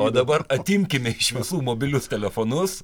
o dabar atimkime iš visų mobilius telefonus